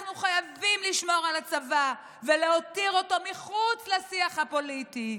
אנחנו חייבים לשמור על הצבא ולהותיר אותו מחוץ לשיח הפוליטי.